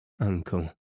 uncle